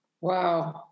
Wow